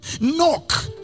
Knock